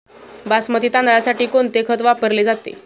बासमती तांदळासाठी कोणते खत वापरले जाते?